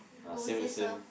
ah same same